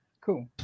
Cool